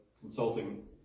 consulting